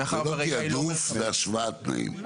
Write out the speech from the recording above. זה לא תיעדוף, זו השוואת תנאים.